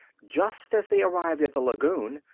just as they arrived at the lagoon,